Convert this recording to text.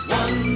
one